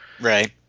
Right